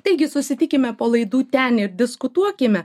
taigi susitikime po laidų ten ir diskutuokime